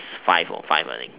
five or five I think